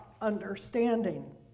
understanding